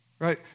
right